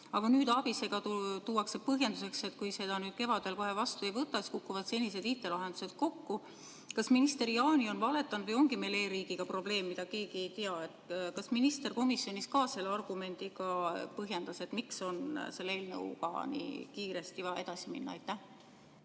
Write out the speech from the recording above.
Aga ABIS-e puhul tuuakse põhjenduseks, et kui seda nüüd kevadel kohe vastu ei võta, kukuvad senised IT-lahendused kokku. Kas minister Jaani on valetanud või ongi meil e-riigiga probleem, mida keegi ei tea? Kas minister komisjonis ka selle argumendiga põhjendas seda, miks on selle eelnõuga nii kiiresti vaja edasi minna? Aitäh,